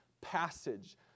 passage